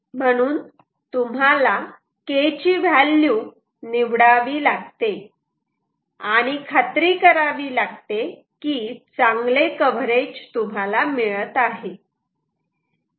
म्हणून तुम्हाला K ची व्हॅल्यू निवडावी लागते आणि खात्री करावी लागते की चांगले कव्हरेज तुम्हाला मिळत आहे